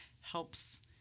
helps